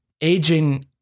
aging